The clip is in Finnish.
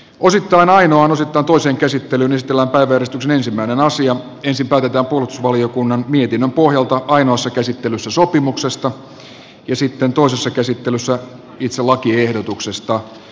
osittain ainoa totuusen käsittelylistalla perttusen ensimmäinen asia ei ensin päätetään puolustusvaliokunnan mietinnön pohjalta ainoassa käsittelyssä sopimuksesta ja sitten toisessa käsittelyssä lakiehdotuksesta